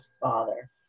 Father